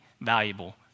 valuable